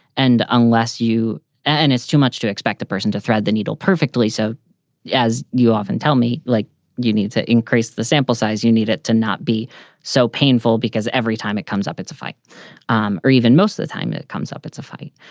and unless you and it's too much to expect the person to thread the needle perfectly. so yeah as you often tell me, like you need to increase the sample size, you need it to not be so painful because every time it comes up, it's a fight um or even most the time it comes up, it's a fight.